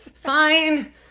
Fine